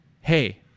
hey